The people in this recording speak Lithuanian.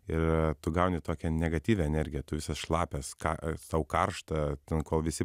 ir tu gauni tokią negatyvią energiją tu visas šlapias ką sau karšta ten kol visi